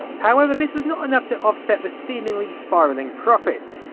however, this was not enough to off-set the seemingly spiralling profits.